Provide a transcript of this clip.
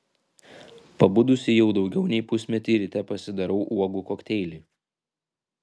pabudusi jau daugiau nei pusmetį ryte pasidarau uogų kokteilį